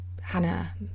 Hannah